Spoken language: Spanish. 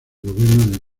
gobierno